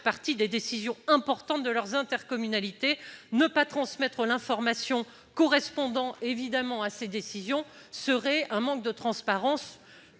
partie des décisions importantes de leur intercommunalité. Ne pas transmettre l'information correspondant à ces décisions constituerait un manque de transparence.